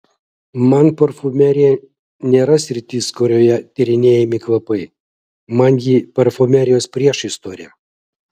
man parfumerija nėra sritis kurioje tyrinėjami kvapai man ji parfumerijos priešistorė